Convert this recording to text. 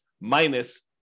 minus